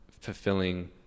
fulfilling